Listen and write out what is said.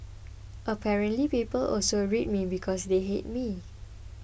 apparently people also read me because they hate me